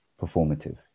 performative